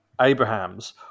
Abraham's